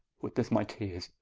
witnesse my teares,